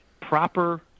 proper